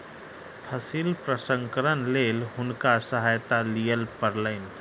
फसिल प्रसंस्करणक लेल हुनका सहायता लिअ पड़लैन